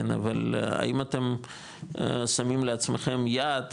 אבל האם אתם שמים לעצמכם יעד,